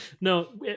No